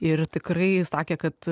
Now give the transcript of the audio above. ir tikrai sakė kad